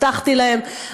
הבטחתי להם,